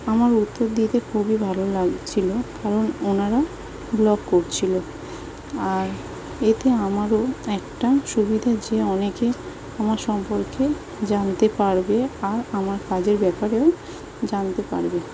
আমার উত্তর দিতে খুবই ভালো লাগছিল কারণ ওনারা ব্লগ করছিল আর এতে আমারও একটা সুবিধে যে অনেকে আমার সম্পর্কে জানতে পারবে আর আমার কাজের ব্যাপারেও জানতে পারবে